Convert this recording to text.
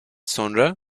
sonra